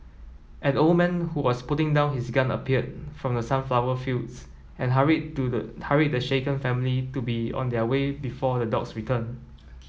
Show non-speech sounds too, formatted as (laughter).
an old man who was putting down his gun appeared from the sunflower fields and (unintelligible) hurried the shaken family to be on their way before the dogs return